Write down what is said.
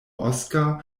oskar